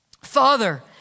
Father